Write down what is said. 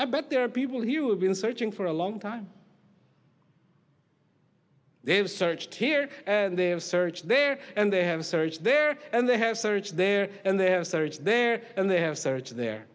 i bet there are people who have been searching for a long time they have searched here they have searched there and they have searched there and they have searched there and they have searched there and they have searched there